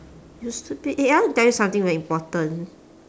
you stupid eh I want to tell you something very important